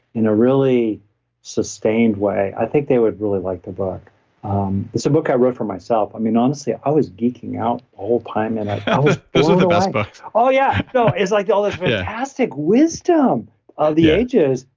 in a really sustained way i think they would really like the book it's a book i wrote for myself. i mean, honestly, i i was geeking out all time and i wasdave those are the best books oh yeah, no, it's like all this fantastic wisdom of the ages,